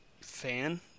fan